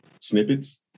snippets